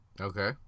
Okay